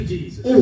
Jesus